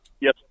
Yes